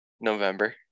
November